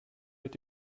mit